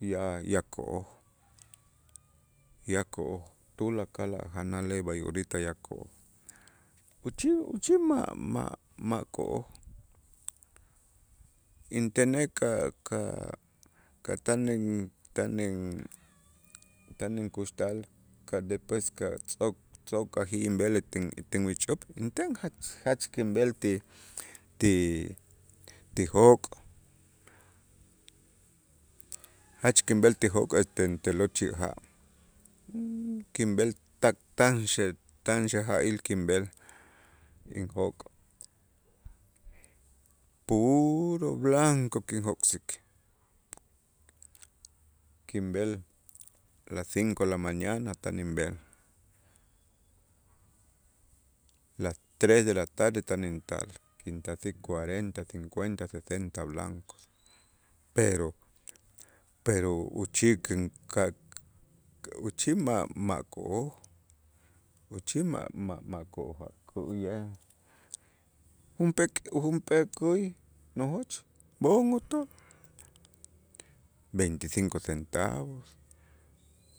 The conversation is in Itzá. Ya- ya ko'oj ya ko'oj tulakal a' janalej b'ay orita ya ko'oj, uchij uchij ma'-ma'-ma' ko'oj intenej ka'-ka' ka' tan in- tan in- tan inkuxtal ka' despues tz'o'-tz'o'kajij inb'el ete ixch'up inten jatz jatz kinb'el ti- ti- ti jok' jach kinb'el ti jok' este te'lo' chi' ja' kinb'el tak tan xe- tan xeja'il kinb'el injok' puro blanco kinjok'sik kinb'el las cinco de la mañana tan inb'el, las tres de la tarde tan intal kintasik cuarenta, cincuenta, sesenta blancos, pero pero uchij k'in ka' uchij ma'-makoo' uchij ma'-ma' makoo' a' käyej, junp'ee käy nojoch b'oon utool veinticinco centavos,